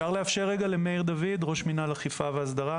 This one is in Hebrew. אני ראש מנהל אכיפה והסברה